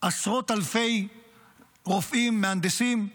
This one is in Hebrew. עשרות אלפי רופאים, מהנדסים,